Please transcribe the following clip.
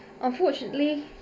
Unfortunately